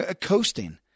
coasting